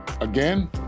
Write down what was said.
Again